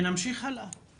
אנחנו נמשיך הלאה.